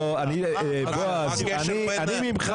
בועז, אני מצפה ממך